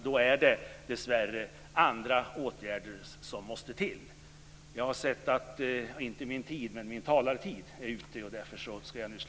Då är det dessvärre andra åtgärder som måste vidtas.